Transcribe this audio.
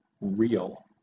real